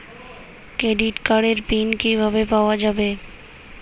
Credit কার্ডের pin কিভাবে পাওয়া যাবে?